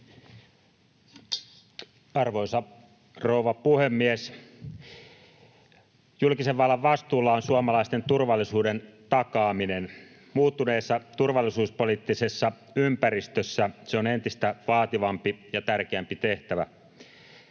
Arvoisa rouva puhemies! Julkisen vallan vastuulla on suomalaisten turvallisuuden takaaminen. Muuttuneessa turvallisuuspoliittisessa ympäristössä se on entistä vaativampi ja tärkeämpi tehtävä.